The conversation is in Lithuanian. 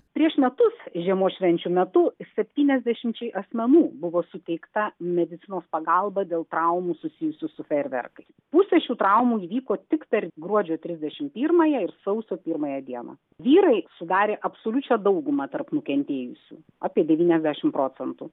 prieš metus žiemos švenčių metu septyniasdešimčiai asmenų buvo suteikta medicinos pagalba dėl traumų susijusių su fejerverkais pusė šių traumų įvyko tik per gruodžio trisdešim pirmąją ir sausio pirmąją dieną vyrai sudarė absoliučią daugumą tarp nukentėjusių apie devyniasdešim procentų